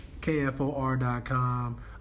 KFOR.com